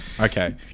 Okay